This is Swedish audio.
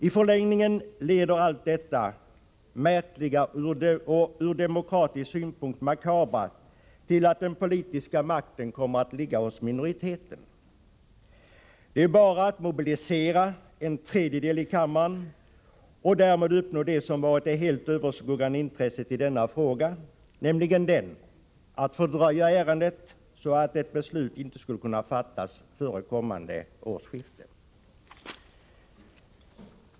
I förlängningen leder allt detta märkliga och ur demokratisk synpunkt makabra till att den politiska makten kommer att ligga hos minoriteten. Det är bara att mobilisera en tredjedel av kammarens ledamöter och därmed uppnå det som varit det allt överskuggande intresset i denna fråga, nämligen att fördröja ärendet så att ett beslut inte skulle kunna fattas före kommande årsskifte.